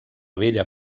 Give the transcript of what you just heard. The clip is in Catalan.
vella